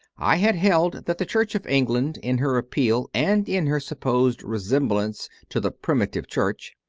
i had held that the church of england, in her appeal and in her supposed resemblance to the primitive church,